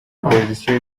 position